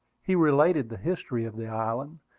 he related the history of the island,